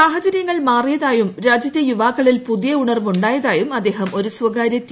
സാഹചര്യങ്ങൾ മാറിയതായും രാജ്യത്തെ യുവാക്കളിൽ പുതിയ ഉണർവ് ഉണ്ടായതായും അദ്ദേഹം ഒരു സ്വകാര്യ ടി